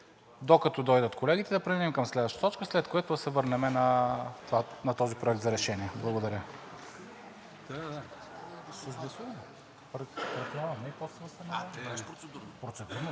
докато дойдат колегите, да преминем към следващата точка, след което да се върнем на този проект за решение. Благодаря.